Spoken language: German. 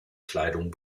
kleidung